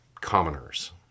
commoners